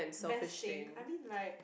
best thing I mean like